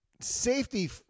safety